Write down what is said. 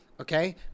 okay